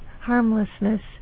harmlessness